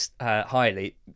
highly